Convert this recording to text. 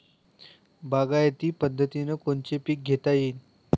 बागायती पद्धतीनं कोनचे पीक घेता येईन?